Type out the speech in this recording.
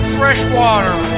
freshwater